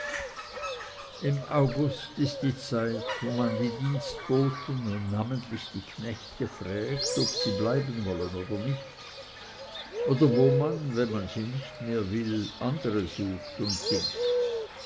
im august ist die zeit wo man die dienstboten und namentlich die knechte frägt ob sie bleiben wollen oder nicht oder wo man wenn man sie nicht mehr will andere sucht und dingt